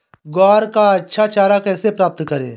ग्वार का अच्छा चारा कैसे प्राप्त करें?